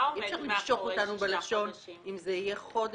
אי אפשר למשוך אותנו בלשון אם זה יהיה חודש,